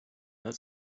that